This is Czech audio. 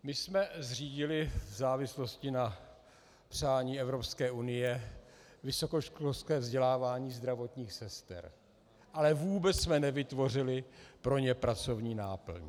My jsme zřídili v závislosti na přání Evropské unie vysokoškolské vzdělávání zdravotních sester, ale vůbec jsme pro ně nevytvořili pracovní náplň.